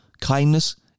kindness